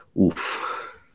oof